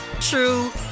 true